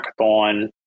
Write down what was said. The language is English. hackathon